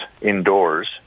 indoors